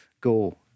go